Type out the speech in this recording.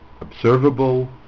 observable